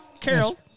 Carol